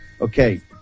Okay